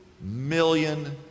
million